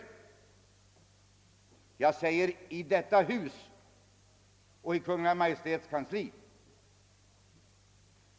Observera att jag talar om vad som hänt i detta hus och i Kungl. Maj:ts kansli.